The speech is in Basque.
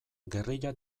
gerrilla